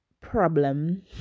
problem